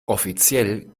offiziell